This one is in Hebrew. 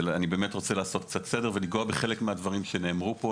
אני רוצה לעשות קצת סדר ולגעת בחלק מהדברים שנאמרו פה,